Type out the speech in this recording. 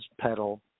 pedal